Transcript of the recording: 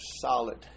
solid